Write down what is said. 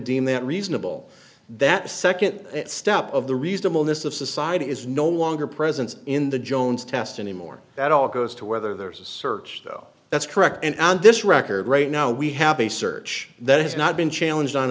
deem that reasonable that second step of the reasonableness of society is no longer present in the jones test anymore that all goes to whether there's a search though that's correct and on this record right now we have a search that has not been challenged on